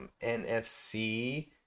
NFC